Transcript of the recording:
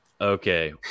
Okay